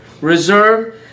reserve